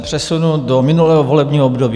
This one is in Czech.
Přesunu se do minulého volebního období.